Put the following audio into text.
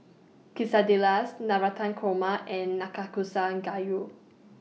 Quesadillas Navratan Korma and Nanakusa Gayu